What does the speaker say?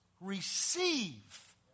receive